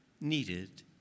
needed